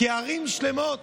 כי בערים שלמות